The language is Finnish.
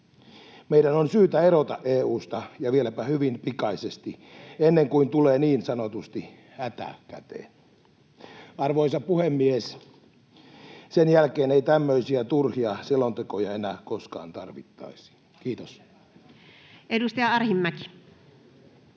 meidän on syytä erota EU:sta ja vieläpä hyvin pikaisesti, ennen kuin tulee niin sanotusti hätä käteen. Arvoisa puhemies! Sen jälkeen ei tämmöisiä turhia selontekoja enää koskaan tarvittaisi. — Kiitos. [Speech